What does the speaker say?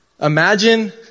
Imagine